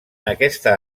aquesta